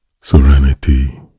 serenity